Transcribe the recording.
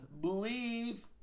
believe